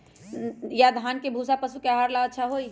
या धान के भूसा पशु के आहार ला अच्छा होई?